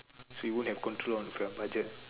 so you will have control of your budget